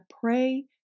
pray